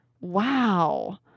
Wow